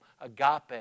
agape